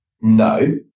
no